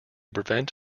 prevent